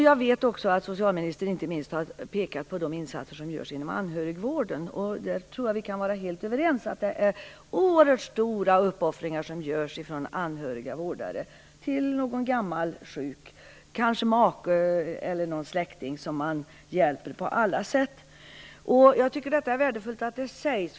Jag vet också att socialministern inte minst har pekat på de insatser som görs inom anhörigvården. Jag tror att vi kan vara helt överens om att oerhört stora uppoffringar görs av vårdare som är anhöriga till någon gammal, sjuk, kanske en make eller släkting som man hjälper på alla sätt. Det är värdefullt att detta sägs.